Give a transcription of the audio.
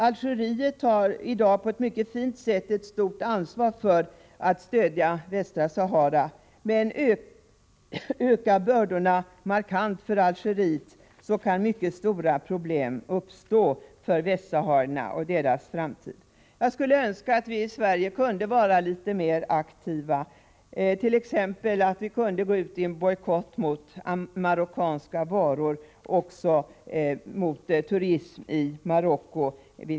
Algeriet tar i dag på ett mycket fint sätt stort ansvar för att stödja Västra Sahara, men om bördorna för Algeriet ökar markant, kan mycket stora problem uppstå för västsaharierna och deras framtid. Jag skulle önska att vi i Sverige kunde vara litet mer aktiva, t.ex. gå ut i bojkott mot marockanska varor och också mot turism i Marocko.